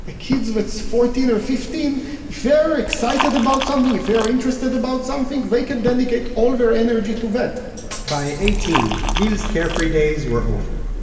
a kid that's fourteen or fifteen if they're excited about something, if they're interested about something, they can dedicate all their energy to that by eighteen, gil's carefree days were over.